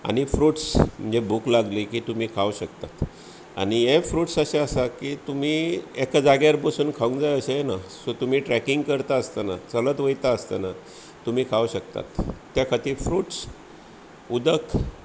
आनी फ्रुट्स म्हणजे भूक लागली की तुमी खावंक शकतात आनी हे फ्रुट्स अशे आसा की तुमी एका जाग्यार बसून खावंक जाय अशेंय ना सो तुमी ट्रॅकींग करता आसताना चलत वयता आसताना तुमी खावं शकतात त्या खातीर फ्रुट्स उदक